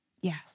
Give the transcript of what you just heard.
Yes